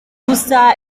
gusa